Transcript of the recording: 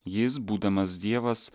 jis būdamas dievas